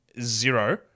zero